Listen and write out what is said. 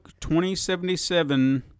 2077